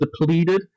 depleted